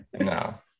no